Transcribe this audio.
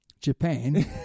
Japan